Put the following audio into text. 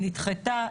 נדחתה,